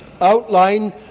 outline